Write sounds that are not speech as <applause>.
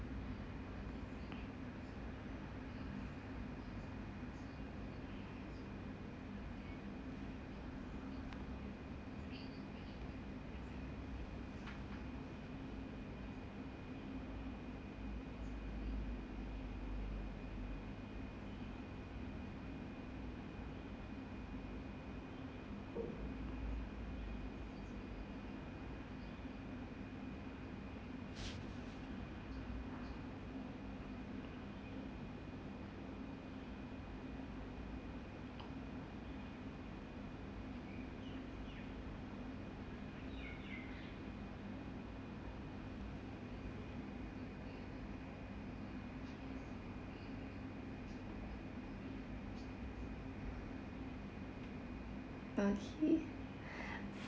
okay <breath>